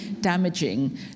damaging